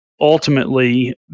ultimately